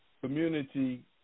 community